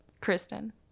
Kristen